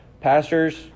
pastors